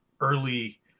early